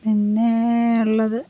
പിന്നെയുള്ളത്